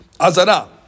Azara